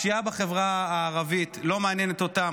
הפשיעה בחברה הערבית לא מעניינת אותם.